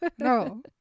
No